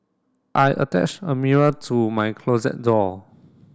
I attach a mirror to my closet door